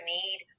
need